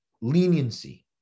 leniency